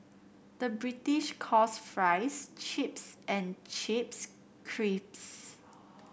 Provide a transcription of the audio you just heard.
the British calls fries chips and chips